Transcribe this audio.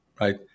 right